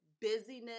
busyness